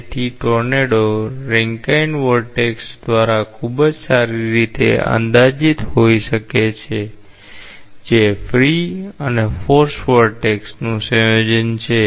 તેથી tornado Rankine vortex દ્વારા ખૂબ જ સારી રીતે અંદાજિત હોઈ શકે છે જે ફ્રી અને ફોર્સ વરટેક્સનું સંયોજન છે